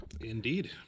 Indeed